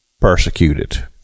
persecuted